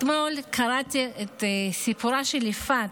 אתמול קראתי את סיפורה של יפעת,